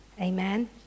Amen